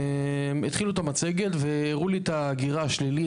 והתחילו את המצגת והראו לי את ההגירה השלילית,